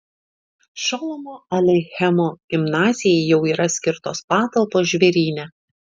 šolomo aleichemo gimnazijai jau yra skirtos patalpos žvėryne